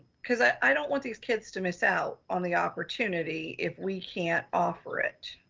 cause i don't want these kids to miss out on the opportunity if we can't offer it.